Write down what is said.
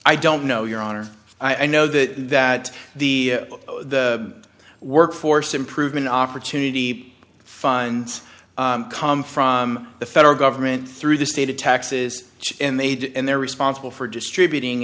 i don't know your honor i know that that the the workforce improvement opportunity funds come from the federal government through the state of taxes and they did and they're responsible for distributing